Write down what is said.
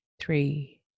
three